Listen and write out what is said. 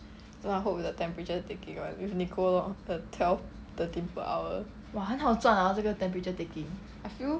so I hope with the temperature taking [one] with nicole loh the twelve thirteen per hour I feel